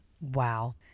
Wow